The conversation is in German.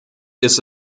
ist